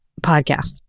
podcast